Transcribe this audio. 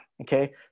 Okay